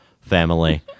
family